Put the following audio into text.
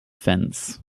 fence